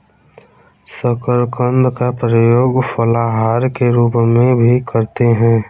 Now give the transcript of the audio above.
शकरकंद का प्रयोग फलाहार के रूप में भी करते हैं